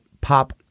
pop